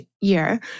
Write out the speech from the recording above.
year